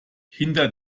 hinter